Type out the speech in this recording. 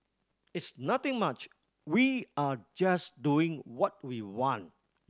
it's nothing much we are just doing what we want